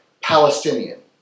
Palestinian